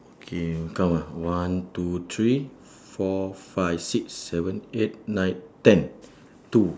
okay count ah one two three four five six seven eight nine ten two